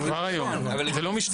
כבר היום, זה לא משתנה.